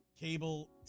Cable